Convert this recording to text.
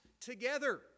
together